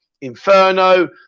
Inferno